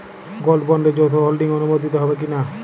Gold বন্ডে যৌথ holding অনুমোদিত হবে কিনা?